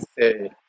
say